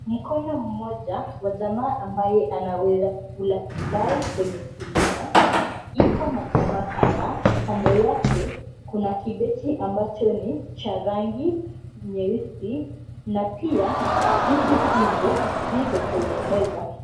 Mkono mmoja wa jamaa ambaye anaweza kukula pilau kwenye sinia na iko na nyama kadhaa. Kando yake kuna kibeti ambacho ni cha rangi nyeusi na pia vitu hivyo viko kwenye meza.